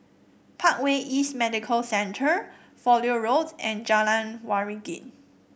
Parkway East Medical Center Fowlie Road and Jalan Waringin